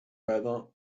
better